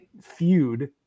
feud